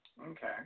Okay